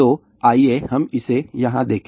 तो आइए हम इसे यहाँ देखें